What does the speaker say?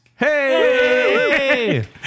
Hey